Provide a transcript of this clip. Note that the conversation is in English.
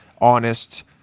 honest